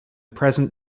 present